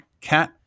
cat